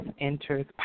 enters